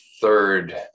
third